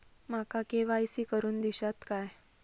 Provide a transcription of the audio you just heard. माका के.वाय.सी करून दिश्यात काय?